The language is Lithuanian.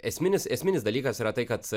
esminis esminis dalykas yra tai kad